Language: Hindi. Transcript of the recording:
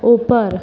ऊपर